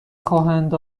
خواهند